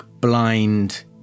blind